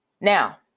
Now